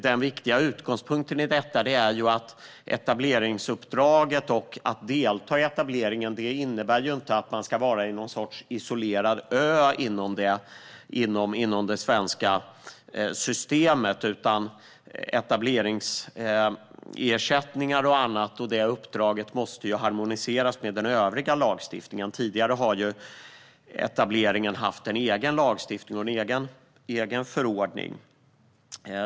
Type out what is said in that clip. Den viktiga utgångspunkten i detta är att etableringsuppdraget och att delta i etableringen inte innebär att man ska vara på någon sorts isolerad ö inom det svenska systemet, utan etableringsersättningar och annat och uppdraget måste harmoniseras med den övriga lagstiftningen. Tidigare har ju etableringen haft en egen lagstiftning och en egen förordning.